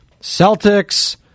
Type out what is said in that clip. Celtics